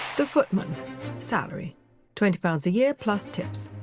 the footman salary twenty pounds a year plus tips.